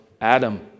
Adam